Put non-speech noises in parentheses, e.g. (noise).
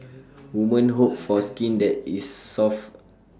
(noise) women hope for skin that is soft